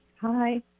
Hi